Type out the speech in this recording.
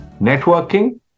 Networking